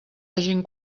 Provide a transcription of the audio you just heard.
hagin